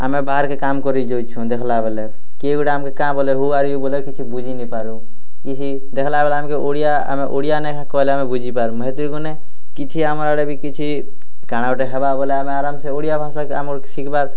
ଆମେ ବାହାର୍କେ କାମ୍ କରି ଯଉଛୁଁ ଦେଖ୍ଲା ବେଲେ କିଏ ଗୋଟେ ଆମ୍କେ କାଁ ବୋଲେ ହୁ ଆର୍ ୟୁ ବୋଲେ କିଛି ବୁଝି ନେଇଁ ପାରୁଁ କିଛି ଦେଖ୍ଲା ବେଲେ ଆମ୍କେ ଓଡ଼ିଆ ଆମେ ଓଡ଼ିଆ ନେଖା କହିଲେ ଆମେ ବୁଝି ପାର୍ମୁ ହେତିର୍ ଗୁନେ କିଛି ଆମର୍ ଆଡ଼େ ବି କିଛି କାଣା ଗୋଟେ ହେବା ବୋଲେ ଆମେ ଆରାମ୍ସେ ଓଡ଼ିଆ ଭାଷାକେ ଆମର୍ ଶିଖ୍ବାର୍